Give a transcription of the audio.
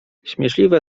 śmieszliwe